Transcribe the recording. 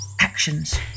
actions